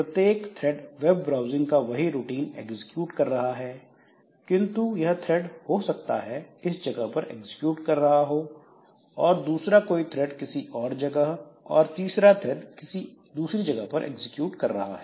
प्रत्येक thread web browsing का वही रूटीन एग्जीक्यूट कर रहा है किंतु यह थ्रैड हो सकता है इस जगह पर एग्जीक्यूट कर रहा हो और दूसरा कोई थ्रेड किसी और जगह और तीसरा थ्रैड किसी दूसरी जगह पर एग्जीक्यूट कर रहा है